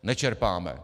Nečerpáme!